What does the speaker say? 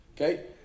okay